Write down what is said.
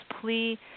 plea